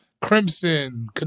crimson